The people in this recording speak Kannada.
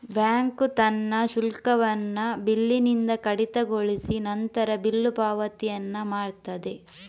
ಬ್ಯಾಂಕು ತನ್ನ ಶುಲ್ಕವನ್ನ ಬಿಲ್ಲಿನಿಂದ ಕಡಿತಗೊಳಿಸಿ ನಂತರ ಬಿಲ್ಲು ಪಾವತಿಯನ್ನ ಮಾಡ್ತದೆ